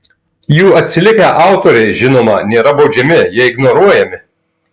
jų atsilikę autoriai žinoma nėra baudžiami jie ignoruojami